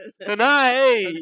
tonight